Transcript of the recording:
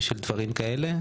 של דברים כאלו.